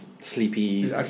sleepy